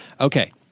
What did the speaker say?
Okay